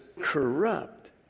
corrupt